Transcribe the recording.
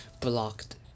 Blocked